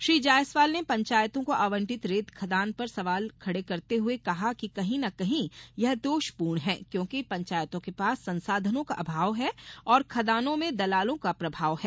श्री जायसवाल ने पंचायतों को आवंटित रेत खदान पर सवाल खड़े करते हुये कहा कि कही न कहीं ये दोषपूर्ण हैं क्योंकि पंचायतों के पास संसाधनों का अभाव है और खदानों में दलालों का प्रभाव है